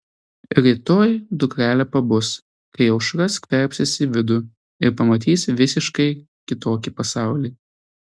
rytoj dukrelė pabus kai aušra skverbsis į vidų ir pamatys visiškai kitokį pasaulį